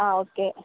ಹಾಂ ಓಕೆ